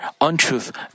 untruth